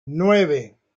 nueve